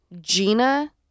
Gina